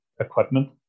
equipment